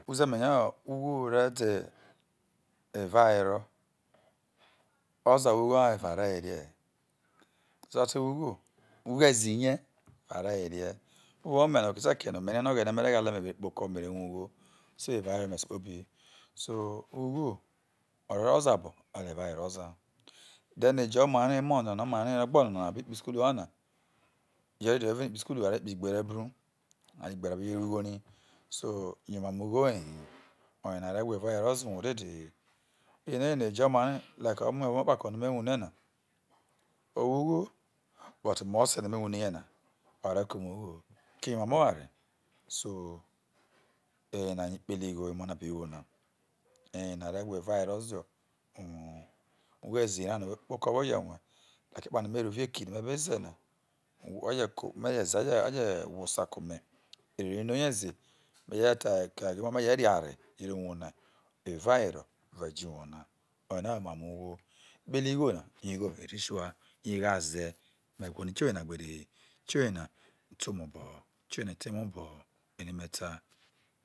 Uze̱mene̱ho̱ ugho re̱ de̱ eva were kzae roo ugho ha eva re wene̱ he̱ ozaete wo ugho ugho-ezi rie eva re̱ iwe̱rie o̱ woho no ome̱ e̱me na dhese ke̱ kene metekpoho̱ iruome̱ rie̱ no̱ o̱ghe̱ne̱te ghale ome̱, mere kpoho̱ o̱ko̱ me̱ re̱ rue̱ ughoso eva re̱ were ome̱ esikpobi so ugho te roro ozae obo̱ o̱ye eva re̱ rro̱ were ozae then ẹjo̱ o̱maria emo̱ na omarai egba na no̱ abi kpoho̱ isukulu hu na ejo re̱ vue̱ owhe̱ nu̱a bi kpoho̱ isukulu yo̱ a bi kpoho igbere-bru ano̱ igbere a bi jo wo ughu rai so yo̱ omamo̱ ugho ye he o̱yena re wha evaw ere zio uwou na dede he ere ejo̱ omaria like o̱mo̱ kpako no̱ me wubre na o wo ugho butme o̱se̱ no̱ me̱ wuhre rie na o̱re̱ke̱ ome̱ ugho ho ko̱ omamo̱ oware so eyena yo̱ ikpebre ighoyo̱ emo̱ na abi wona eyena re wha evawere zio uwou ho ugho ezi ra no̱ whe kpoko̱ whe̱ je̱ rue̱ like epano me rovie eki no̱ me̱ beze̱ na whe̱je ko me̱ je ze aje hwusa ke̱ ome̱ erere no̱ o no re ze̱ me̱ re̱ jo̱ ette ke ugho no̱ aro̱ ve ore evuo uwou ha evawere o̱ re̱ jo̱ uwou na oyena ho̱ omamo̱ ughi ikpehre ugho na igho iritual, igho aze, me̱ gwolo utioye na gbere he utioyena u te ome̱ obo̱ ho utioyena u te emo̱ me̱ obo̱ ho̱ ere me̱ ta.